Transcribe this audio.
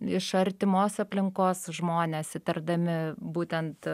iš artimos aplinkos žmonės įtardami būtent